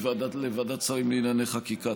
לוועדת שרים לענייני חקיקה.